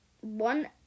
one